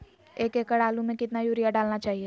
एक एकड़ आलु में कितना युरिया डालना चाहिए?